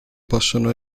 possono